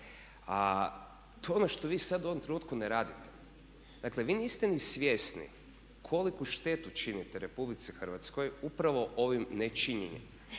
to je ono što vi sad u ovome trenutku ne radite. Dakle, vi niste ni svjesni koliku štetu činite RH upravo ovim ne činjenjem.